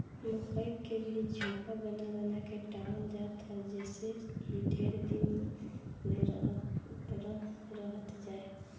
मकई के भी झोपा बना बना के टांगल जात ह जेसे इ ढेर दिन ले रहत जाए